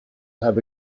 have